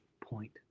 point